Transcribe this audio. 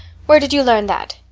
where did you learn that?